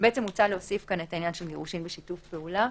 מוצע להוסיף פה את העניין של גירושין בשיתוף פעולה.